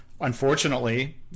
unfortunately